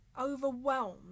overwhelmed